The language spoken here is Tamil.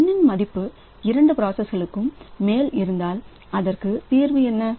N என் மதிப்பு 2 ப்ராசஸ்கலுக்கு மேல் இருந்தால் அதற்கான தீர்வு என்ன